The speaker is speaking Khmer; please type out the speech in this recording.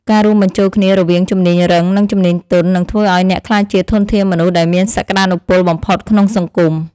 ការរួមបញ្ចូលគ្នារវាងជំនាញរឹង និងជំនាញទន់នឹងធ្វើឱ្យអ្នកក្លាយជាធនធានមនុស្សដែលមានសក្ដានុពលបំផុតក្នុងសង្គម។